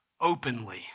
openly